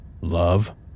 Love